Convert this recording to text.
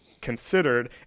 considered